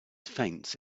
faints